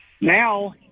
Now